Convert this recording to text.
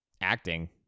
Acting